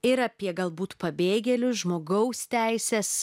ir apie galbūt pabėgėlius žmogaus teises